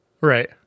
Right